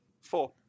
Four